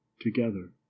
together